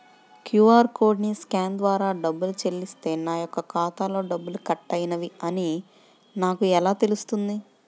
QR కోడ్ని scan ద్వారా డబ్బులు చెల్లిస్తే నా యొక్క ఖాతాలో డబ్బులు కట్ అయినవి అని నాకు ఎలా తెలుస్తుంది?